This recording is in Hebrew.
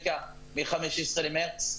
שהיא ריקה מ-15 במרץ.